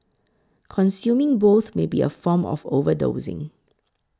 consuming both may be a form of overdosing